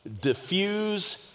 diffuse